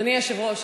אדוני היושב-ראש,